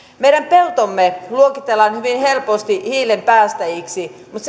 meidän peltomme luokitellaan hyvin helposti hiilen päästäjiksi mutta